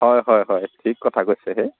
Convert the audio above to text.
হয় হয় হয় ঠিক কথা কৈছেহে